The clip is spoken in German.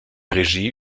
regie